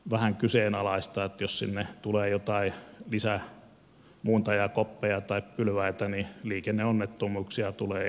jos sinne tulee lisää joitain muuntajakoppeja tai pylväitä niin liikenneonnettomuuksia tulee enemmän